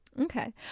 Okay